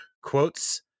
quotes